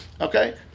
Okay